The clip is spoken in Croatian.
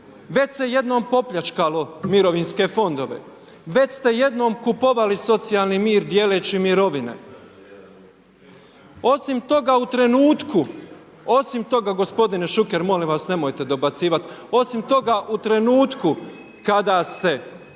već se jednom popljačkalo mirovinske fondove, već ste jednom kupovali socijalni mir dijeleći mirovine, osim toga u trenutku, osim toga gospodine Šuker, molim vas nemojte dobacivat, osim toga u trenutku kada ste